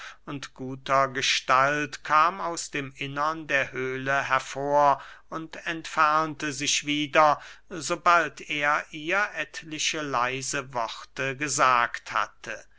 und guter gestalt kam aus dem innern der höhle hervor und entfernte sich wieder sobald er ihr etliche leise worte gesagt hatte